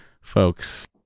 folks